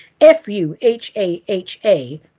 f-u-h-a-h-a